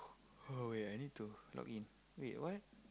oh wait I need to login wait what